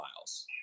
miles